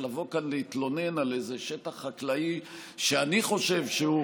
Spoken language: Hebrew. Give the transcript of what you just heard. לבוא כאן להתלונן על איזה שטח חקלאי שאני חושב שהוא,